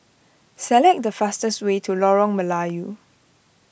select the fastest way to Lorong Melayu